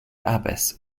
abbess